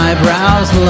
Eyebrows